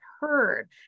heard